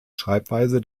schreibweise